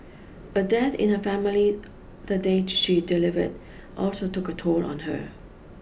a death in her family the day she delivered also took a toll on her